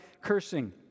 cursing